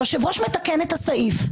היושב-ראש מתקן את הסעיף.